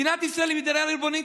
מדינת ישראל היא מדינה ריבונית,